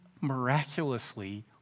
miraculously